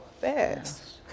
fast